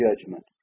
judgment